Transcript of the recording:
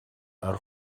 are